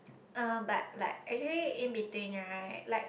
uh but like actually in between right like